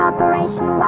Operation